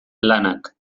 lanak